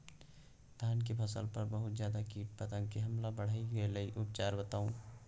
धान के फसल पर बहुत ज्यादा कीट पतंग के हमला बईढ़ गेलईय उपचार बताउ?